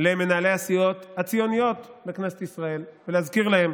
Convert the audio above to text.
למנהלי הסיעות הציוניות בכנסת ישראל, ולהזכיר להם